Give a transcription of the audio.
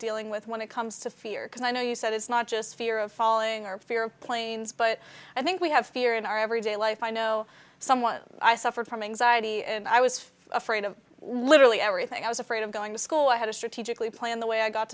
dealing with when it comes to fear because i know you said it's not just fear of falling or fear of planes but i think we have fear in our every day life i know someone i suffer from anxiety and i was afraid of literally everything i was afraid of going to school i had a strategically plan the way i got